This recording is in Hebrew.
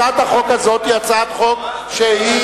הצעת החוק הזאת היא הצעת חוק שהיא,